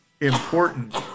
important